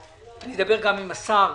אני אדבר גם עם השר.